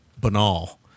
banal